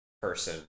person